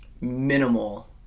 minimal